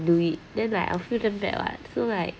do it then like I feel damn bad [what] so like